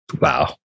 Wow